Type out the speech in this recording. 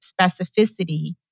specificity